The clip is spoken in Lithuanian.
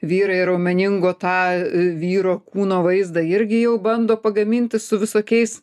vyrai raumeningo tą vyro kūno vaizdą irgi jau bando pagaminti su visokiais